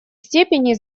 степени